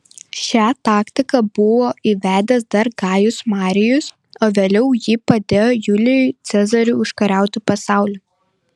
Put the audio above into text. šią taktiką buvo įvedęs dar gajus marijus o vėliau ji padėjo julijui cezariui užkariauti pasaulį